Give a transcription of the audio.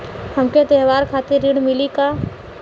हमके त्योहार खातिर ऋण मिली का?